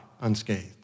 unscathed